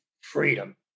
freedom